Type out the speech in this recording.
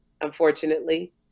Unfortunately